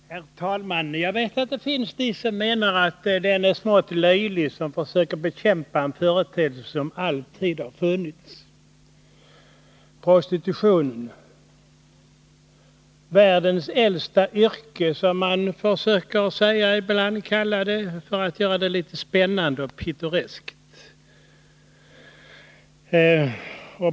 Herr talman! Jag vet att det finns de som menar att den är smått löjlig som försöker bekämpa en företeelse som alltid har funnits — prostitutionen, världens äldsta yrke, som man ibland vill kalla det för att göra det litet spännande och pittoreskt.